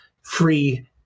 free